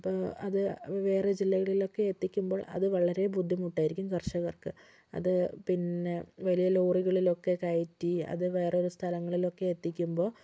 അപ്പോൾ അത് വേറെ ജില്ലകളിലേക്ക് എത്തിക്കുമ്പോൾ അത് വളരെ ബുദ്ധിമുട്ടായിരിക്കും കർഷകർക്ക് അത് പിന്നെ വലിയ ലോറികളിൽ ഒക്കെ കയറ്റി അത് വേറെ ഒരു സ്ഥലങ്ങളിൽ ഒക്കെ എത്തിക്കുമ്പോൾ